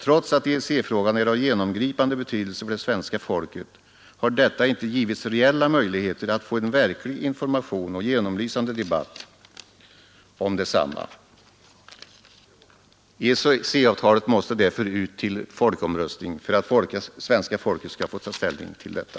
Trots att EEC-frågan är av genomgripande betydelse för det svenska folket har detta inte givit reella möjligheter att få en verklig information och genomlysande debatt om detsamma. EEC-avtalet måste därför ut till folkomröstning för att svenska folket skall få ta ställning till detta.